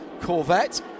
Corvette